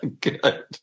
Good